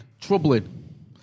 Troubling